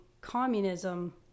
communism